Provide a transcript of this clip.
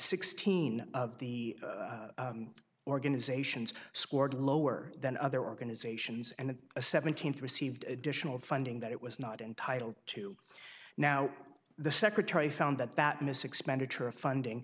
sixteen of the organizations scored lower than other organizations and a seventeenth received additional funding that it was not entitled to now the secretary found that that mis expenditure of funding